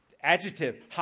Adjective